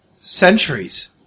Centuries